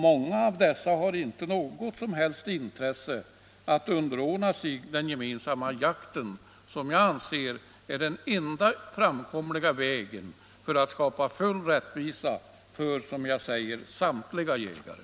Många av dem har inte något som helst intresse av att underordna sig den gemensamma jakten - som jag anser vara den enda framkomliga vägen för att skapa full rättvisa åt, som jag säger, samtliga jägare.